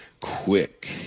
quick